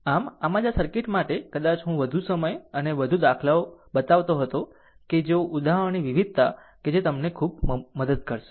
આમ આમ જ આ સર્કિટ માટે કદાચ હું વધુ સમય અને વધુ દાખલાઓ બતાવતો હતો કે જો ઉદાહરણોની વિવિધતા કે જે તમને ખૂબ મદદ કરશે